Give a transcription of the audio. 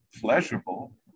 pleasurable